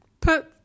put